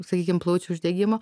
sakykim plaučių uždegimo